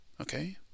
Okay